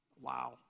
Wow